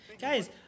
Guys